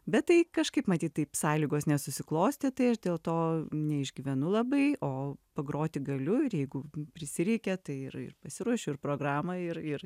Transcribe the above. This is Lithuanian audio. bet tai kažkaip matyt taip sąlygos nesusiklostė tai aš dėl to neišgyvenu labai o pagroti galiu ir jeigu prisireikia tai ir ir pasiruošiu ir programą ir ir